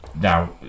Now